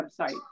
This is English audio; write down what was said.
website